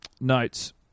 notes